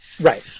Right